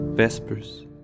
Vespers